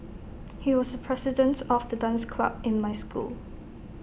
he was the president of the dance club in my school